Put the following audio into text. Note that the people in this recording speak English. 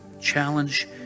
Challenge